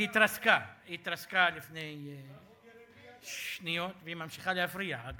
היא התרסקה לפני שניות, והיא ממשיכה להפריע.